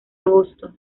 agosto